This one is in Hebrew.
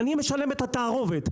אני משלם על התערובת.